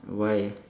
why